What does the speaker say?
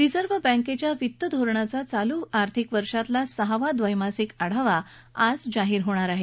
reserve बँकेच्या वित्त धोरणाचा चालू आर्थिक वर्षातला सहावा द्वैमासिक आढावा आज जाहीर होणार आहे